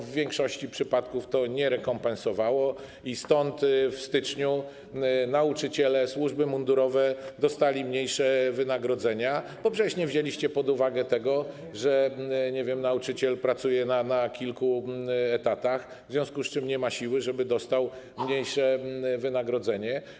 W większości przypadków to nie zrekompensowało i stąd w styczniu nauczyciele i służby mundurowe dostali mniejsze wynagrodzenia, bo przecież nie wzięliście pod uwagę tego, że, nie wiem, nauczyciel pracuje na kilku etatach, w związku z czym nie ma siły, dostał mniejsze wynagrodzenie.